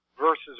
versus